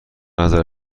نظر